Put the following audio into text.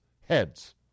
heads